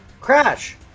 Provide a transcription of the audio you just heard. crash